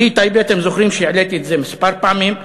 בלי טייבה, אתם זוכרים שהעליתי את זה כמה פעמים,